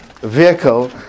vehicle